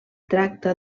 tracta